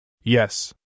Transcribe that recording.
Yes